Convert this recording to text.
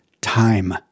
time